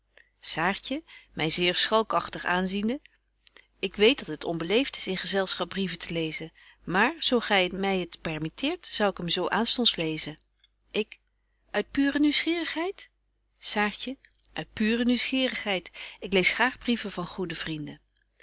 saartje my zeer schalkagtig aanziende ik weet dat het onbeleeft is in gezelschap brieven te lezen maar zo gy my het permitteert zou ik hem zo aanstonds lezen ik uit pure nieuwsgierigheid saartje uit pure nieuwsgierigheid ik lees graag brieven van goede vrienden